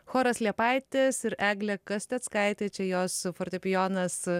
choras liepaitės ir eglė kasteckaitė čia jos fortepijonas